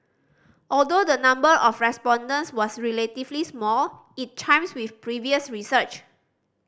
although the number of respondents was relatively small it chimes with previous research